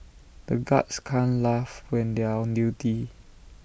the guards can't laugh when they are on duty